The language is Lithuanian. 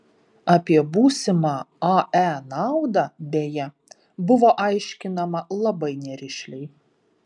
apie būsimą ae naudą beje buvo aiškinama labai nerišliai